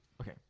Okay